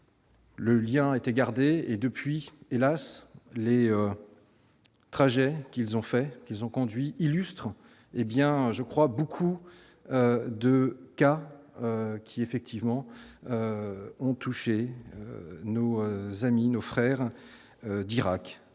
Le lien était gardé et depuis, hélas, les trajets qu'ils ont fait qu'ils sont conduits illustrant hé bien je crois beaucoup de cas qui effectivement ont touché nous amis nos frères d'Irak.